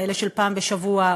כאלה של פעם בשבוע,